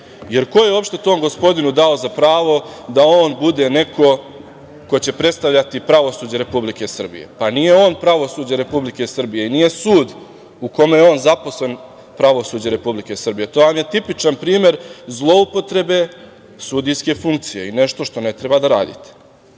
Jer, ko je uopšte tom gospodinu dao za pravo da on bude neko ko će predstavljati pravosuđe Republike Srbije? Pa, nije on pravosuđe Republike Srbije i nije sud u kome je on zaposlen pravosuđe Republike Srbije. To vam je tipičan primer zloupotrebe sudijske funkcije i nešto što ne treba da radite.I